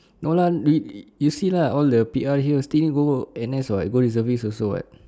no lah you you see lah all the P_R here still need go for N_S [what] go reservist also [what]